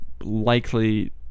likely